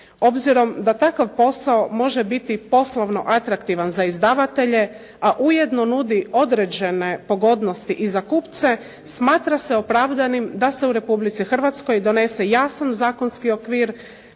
Obzirom da takav posao može biti poslovno atraktivan za izdavatelje, a ujedno nudi određene pogodnosti i za kupce, smatra se opravdanim da se u Republici Hrvatskoj donese jasan zakonski okvir